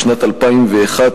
בשנת 2001,